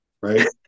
right